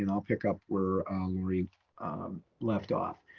and i'll pick up where we left off.